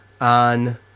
on